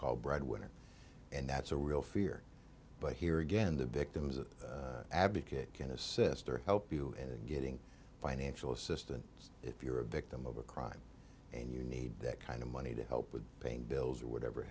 called breadwinner and that's a real fear but here again the victim's advocate can assist her help you getting financial assistance if you're a victim of a crime and you need that kind of money to help with paying bills or whatever